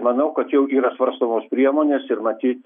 manau kad jau yra svarstomos priemonės ir matyt